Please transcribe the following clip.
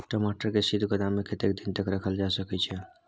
टमाटर के शीत गोदाम में कतेक दिन तक रखल जा सकय छैय?